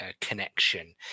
connection